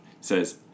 says